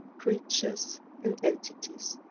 creatures and entities.